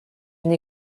une